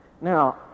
Now